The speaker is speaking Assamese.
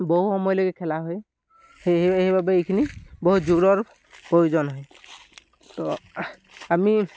বহু সময়লৈকে খেলা হয় সেই সেইবাবে এইখিনি বহুত জোৰৰ প্ৰয়োজন হয় তো আমি